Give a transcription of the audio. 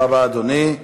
תודה רבה, אדוני.